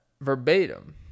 verbatim